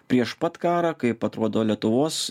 prieš pat karą kaip atrodo lietuvos